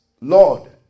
Lord